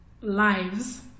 lives